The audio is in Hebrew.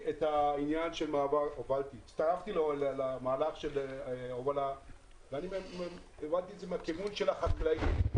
הצטרפתי למהלך ההובלה הזה מהכיוון של החקלאים.